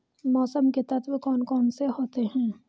मौसम के तत्व कौन कौन से होते हैं?